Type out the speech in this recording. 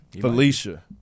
Felicia